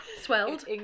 swelled